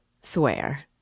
swear